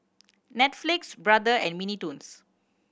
Netflix Brother and Mini Toons